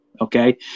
Okay